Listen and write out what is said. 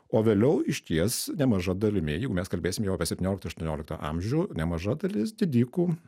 o vėliau išties nemaža dalimi jeigu mes kalbėsim jau apie septynioliktą aštuonioliktą amžių nemaža dalis didikų